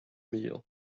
meal